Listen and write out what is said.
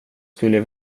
skulle